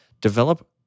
develop